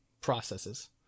Processes